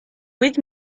with